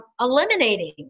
eliminating